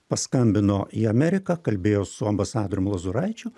paskambino į ameriką kalbėjo su ambasadorium lozuraičiu